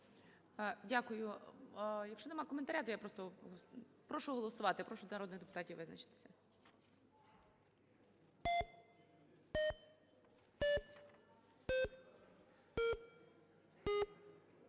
Дякую. Якщо нема коментаря, то я просто… Прошу голосувати, прошу народних депутатів визначитися.